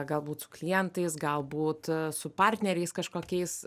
galbūt su klientais galbūt su partneriais kažkokiais